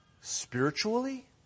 spiritually